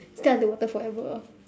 stay underwater forever ah